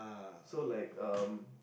so like um